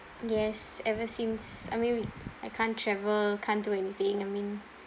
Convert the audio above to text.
yes ever since I mean we uh can't travel can't do anything I mean